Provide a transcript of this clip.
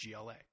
gla